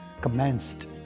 commenced